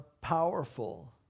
powerful